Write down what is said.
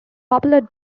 popular